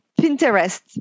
Pinterest